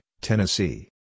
Tennessee